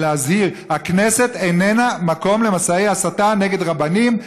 ולהזהיר: הכנסת איננה מקום למסעי הסתה נגד רבנים,